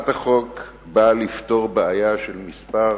הצעת החוק באה לפתור בעיה של מספר